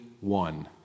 one